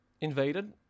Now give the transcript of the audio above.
invaded